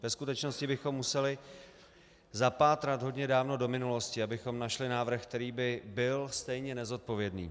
Ve skutečnosti bychom museli zapátrat hodně dávno do minulosti, abychom našli návrh, který by byl stejně nezodpovědný.